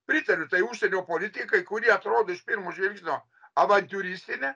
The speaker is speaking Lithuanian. pritariu tai užsienio politikai kuri atrodo iš pirmo žvilgsnio avantiūristinė